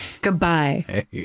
Goodbye